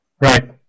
Right